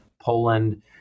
Poland